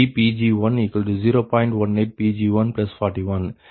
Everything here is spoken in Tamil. எனவே 1dC1dPg10